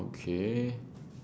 okay